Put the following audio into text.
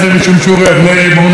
בואו נודה,